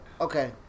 okay